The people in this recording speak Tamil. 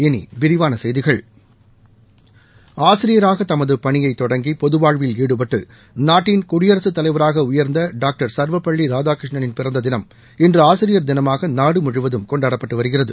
இனி விரிவான செய்திகள் ஆசிரியராக தமது பணியை தொடங்கி பொதுவாழ்வில் ஈடுபட்டு நாட்டின் குயடிரசுத் தலைவராக உயர்ந்த டாக்டர் சர்வப்பள்ளி ராதாகிருஷ்ணனின் பிறந்த தினம் இன்று ஆசிரியர் தினமாக நாடு முழுவதும் கொண்டாடப்பட்டு வருகிறது